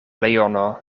leono